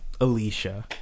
alicia